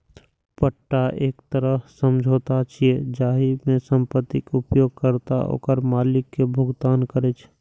पट्टा एक तरह समझौता छियै, जाहि मे संपत्तिक उपयोगकर्ता ओकर मालिक कें भुगतान करै छै